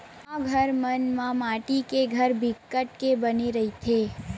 गाँव घर मन म माटी के घर बिकट के बने रहिथे